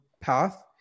path